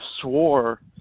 swore